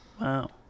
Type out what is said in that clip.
Wow